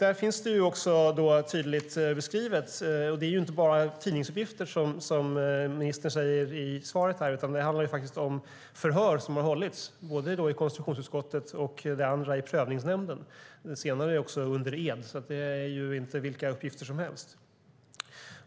Där finns det också tydliga beskrivningar, och det är inte bara tidningsuppgifter, som ministern säger i svaret, utan det handlar faktiskt också om förhör som har hållits, både i konstitutionsutskottet och i Prövningsnämnden, det senare också under ed, så det är inte vilka uppgifter som helst.